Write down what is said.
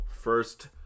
first